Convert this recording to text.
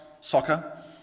soccer